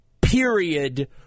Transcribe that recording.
period